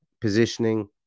positioning